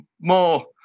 More